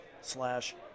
slash